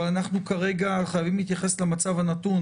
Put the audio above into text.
אבל כרגע אנחנו חייבים להתייחס למצב הנתון.